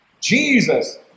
Jesus